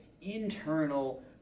internal